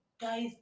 guys